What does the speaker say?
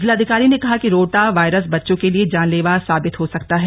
जिलाधिकारी ने कहा कि रोटा वायरस बच्चों के लिए जानलेवा साबित हो सकता है